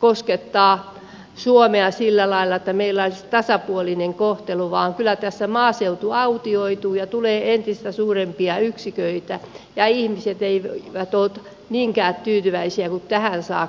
koskettaa suomea sillä lailla että meillä olisi tasapuolinen kohtelu vaan kyllä tässä maaseutu autioituu ja tulee entistä suurempia yksiköitä ja ihmiset eivät ole niinkään tyytyväisiä kuin tähän saakka